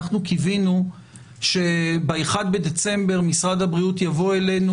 אנחנו קיווינו שב-1 בדצמבר משרד הבריאות יבוא אלינו